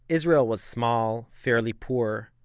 israel was small, fairly poor.